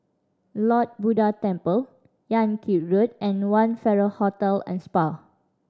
Lord Buddha Temple Yan Kit Road and One Farrer Hotel and Spa